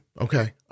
Okay